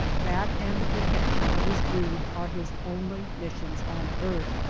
that and the protection of his breed are his only missions on earth.